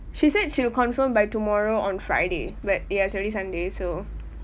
she said she will confirm by tomorrow on friday but ya it's already sunday so